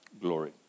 glory